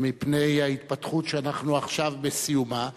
מפני ההתפתחות שאנחנו עכשיו בסיומה.